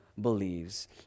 believes